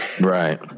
Right